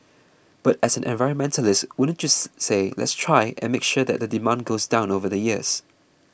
but as an environmentalist wouldn't you say let's try and make sure that the demand goes down over the years